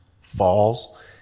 falls